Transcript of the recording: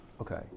Okay